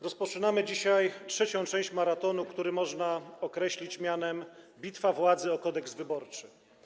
Rozpoczynamy dzisiaj trzecią część maratonu, który można określić mianem bitwy władzy o Kodeks wyborczy.